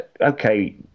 okay